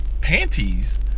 Panties